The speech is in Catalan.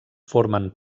formen